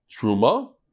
Truma